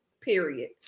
Period